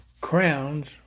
crowns